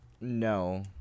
No